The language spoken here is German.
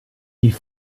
die